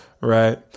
right